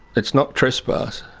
it's not trespass.